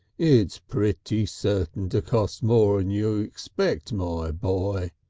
it's pretty certain to cost more'n you expect, my boy.